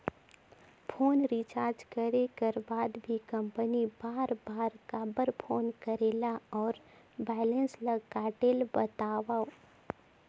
Phone recharge करे कर बाद भी कंपनी बार बार काबर फोन करेला और बैलेंस ल काटेल बतावव?